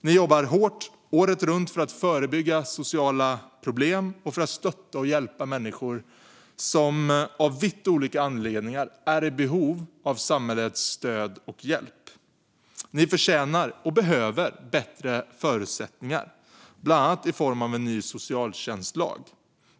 Ni jobbar hårt, året runt, för att förebygga sociala problem och för att stötta och hjälpa människor som av vitt olika anledningar är i behov av samhällets stöd och hjälp. Ni förtjänar och behöver bättre förutsättningar, bland annat i form av en ny socialtjänstlag.